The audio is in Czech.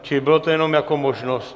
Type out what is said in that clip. Čili byla to jenom jako možnost.